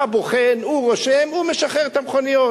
בא הבוחן, הוא רושם והוא משחרר את המכוניות.